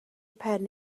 pen